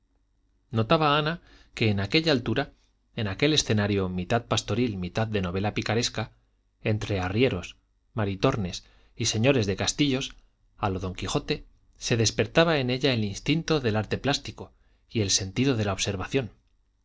notaba ana que en aquella altura en aquel escenario mitad pastoril mitad de novela picaresca entre arrieros maritornes y señores de castillos a lo don quijote se despertaba en ella el instinto del arte plástico y el sentido de la observación